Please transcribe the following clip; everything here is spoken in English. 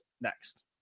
next